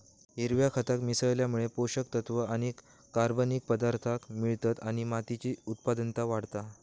हिरव्या खताक मिसळल्यामुळे पोषक तत्त्व आणि कर्बनिक पदार्थांक मिळतत आणि मातीची उत्पादनता वाढता